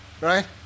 Right